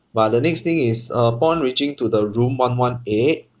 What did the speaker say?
but the next thing is upon reaching to the room one one eight